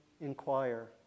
inquire